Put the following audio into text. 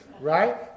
right